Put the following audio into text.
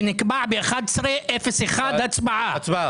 ונקבע באחת-עשרה אפס אחת הצבעה.